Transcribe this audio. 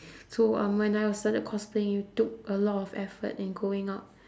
so um when I was started cosplaying it took a lot of effort in going out